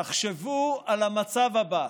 תחשבו על המצב הבא: